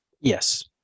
Yes